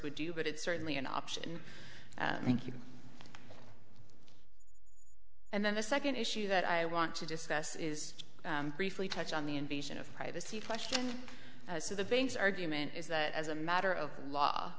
would do but it's certainly an option thank you and then the second issue that i want to discuss is briefly touch on the invasion of privacy question so the bank's argument is that as a matter of law